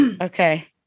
Okay